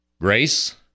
Grace